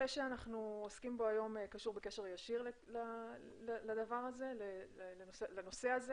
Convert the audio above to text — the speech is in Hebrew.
שאנחנו עוסקים בו היום קשור בקשר ישיר לנושא הזה